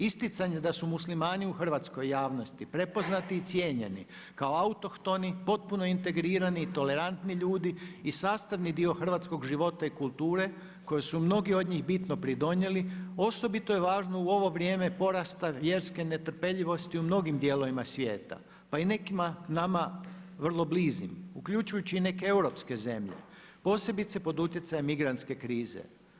Isticanje da su muslimani u Hrvatskoj javnosti prepoznati i cijenjeni kao autohtoni potpuno integrirani, tolerantni ljudi i sastavni dio hrvatskog života i kulture koji su mnogi od njih bitno pridonijeli, osobito je važno u ovo vrijeme porasta vjerske netrpeljivosti u mnogim dijelovima svijeta, pa i nekima nama vrlo blizim, uključujući i neke europske zemlje, posebice pod utjecajem migrantske krize.